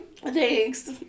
Thanks